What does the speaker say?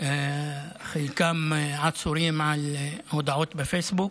חלקם עצורים על הודעות בפייסבוק.